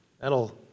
That'll